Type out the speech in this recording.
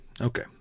Okay